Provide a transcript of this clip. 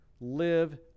live